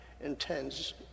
intends